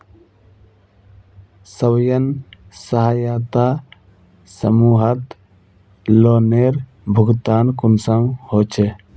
स्वयं सहायता समूहत लोनेर भुगतान कुंसम होचे?